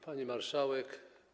Pani Marszałek!